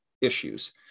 issues